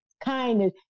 kindness